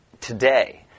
today